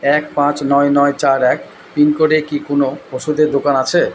এক পাঁচ নয় নয় চার এক পিন কোডে কি কোনও ওষুধের দোকান আছে